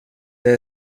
det